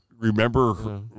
remember